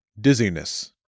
Dizziness